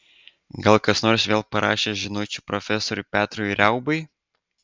gal kas nors vėl parašė žinučių profesoriui petrui riaubai